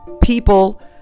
people